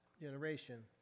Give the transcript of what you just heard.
generation